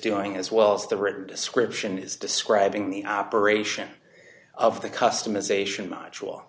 doing as well as the written description is describing the operation of the customisations much will